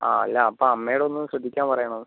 ആ അല്ല അപ്പോൾ അമ്മയോട് ഒന്ന് ശ്രദ്ധിക്കാൻ പറയണം